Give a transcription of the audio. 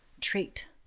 trait